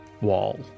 wall